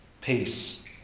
Peace